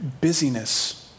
busyness